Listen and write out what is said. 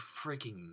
freaking